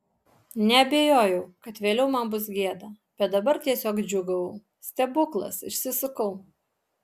neabejojau kad vėliau man bus gėda bet dabar tiesiog džiūgavau stebuklas išsisukau